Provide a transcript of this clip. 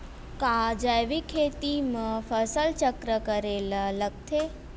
का जैविक खेती म फसल चक्र करे ल लगथे?